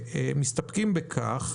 מסתפקים בכך,